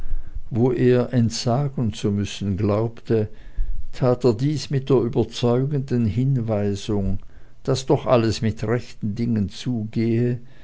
wo er entsagen zu müssen glaubte tat er dies mit der überzeugenden hinweisung daß doch alles mit rechten dingen zuginge